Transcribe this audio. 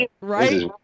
right